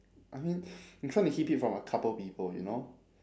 I mean I'm trying to keep it from a couple people you know